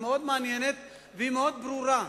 היא מאוד מעניינת וברורה.